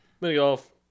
Mini-golf